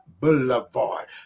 Boulevard